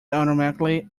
automatically